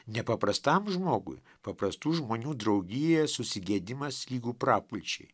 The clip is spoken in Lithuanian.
nepaprastam žmogui paprastų žmonių draugija susigėdimas lygu prapulčiai